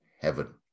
heaven